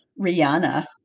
Rihanna